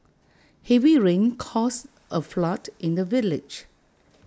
heavy rain caused A flood in the village